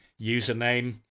username